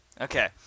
Okay